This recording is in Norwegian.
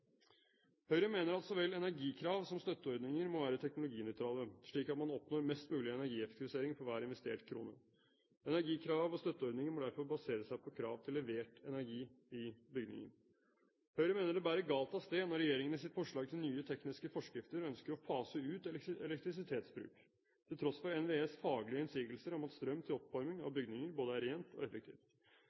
Høyre mener at så vel energikrav som støtteordninger må være teknologinøytrale, slik at man oppnår mest mulig energieffektivisering for hver investert krone. Energikrav og støtteordninger må derfor basere seg på krav til levert energi i bygningen. Høyre mener det bærer galt av sted når regjeringen i sitt forslag til nye tekniske forskrifter ønsker å fase ut elektrisitetsbruk, til tross for NVEs faglige innsigelser om at strøm til oppvarming av bygninger både er rent og